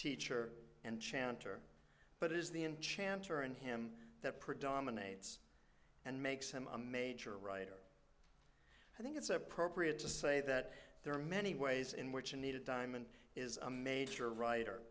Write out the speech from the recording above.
teacher and chanter but it is the in chanter and him that predominates and makes him a major writer i think it's appropriate to say that there are many ways in which a needed diamond is a major writer